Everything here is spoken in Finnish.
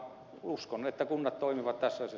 uskon että kunnat toimivat tässä se